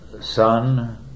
son